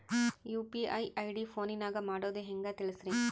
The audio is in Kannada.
ಯು.ಪಿ.ಐ ಐ.ಡಿ ಫೋನಿನಾಗ ಮಾಡೋದು ಹೆಂಗ ತಿಳಿಸ್ರಿ?